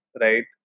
right